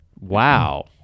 wow